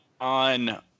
on